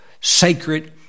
sacred